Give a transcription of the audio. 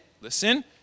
listen